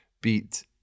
beat